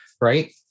right